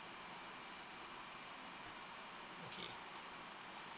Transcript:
okay